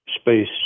space